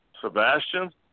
Sebastian